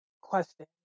question